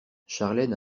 charlène